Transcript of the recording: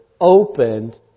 opened